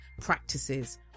practices